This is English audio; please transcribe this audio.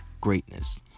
greatness